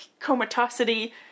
comatosity